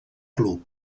club